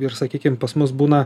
ir sakykim pas mus būna